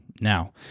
now